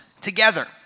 together